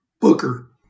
Booker